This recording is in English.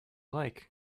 like